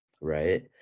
right